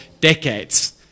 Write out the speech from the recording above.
decades